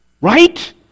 Right